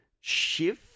shift